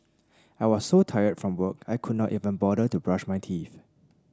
I was so tired from work I could not even bother to brush my teeth